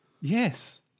Yes